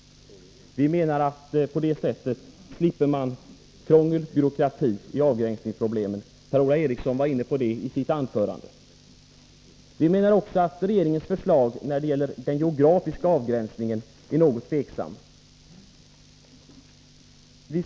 På det sättet slipper man enligt vår mening krångel och byråkrati i avgränsningsproblemen. Per-Ola Eriksson var inne på den saken i sitt anförande. Vi anser också att regeringens förslag till geografisk avgränsning är något tvivelaktig.